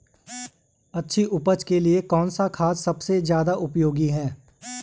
अच्छी उपज के लिए कौन सा खाद सबसे ज़्यादा उपयोगी है?